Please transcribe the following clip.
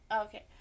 Okay